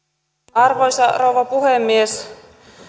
arvoisa rouva puhemies